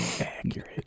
Accurate